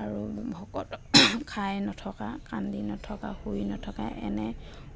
আৰু ভোকত খাই নথকা কান্দি নথকা শুই নথকা এনে